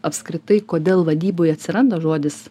apskritai kodėl vadyboj atsiranda žodis